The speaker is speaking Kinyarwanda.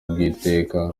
bw’iteka